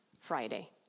Friday